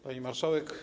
Pani Marszałek!